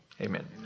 Amen